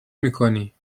میکنی